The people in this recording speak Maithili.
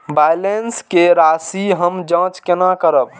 बैलेंस के राशि हम जाँच केना करब?